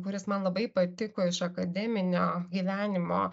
kuris man labai patiko iš akademinio gyvenimo